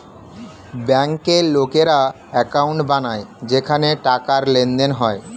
ব্যাংকে লোকেরা অ্যাকাউন্ট বানায় যেখানে টাকার লেনদেন হয়